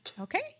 okay